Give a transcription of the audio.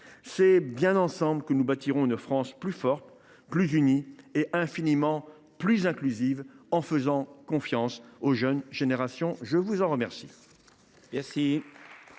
C’est bien ensemble que nous bâtirons une France plus forte, plus unie et infiniment plus inclusive, en faisant confiance aux jeunes générations ! La parole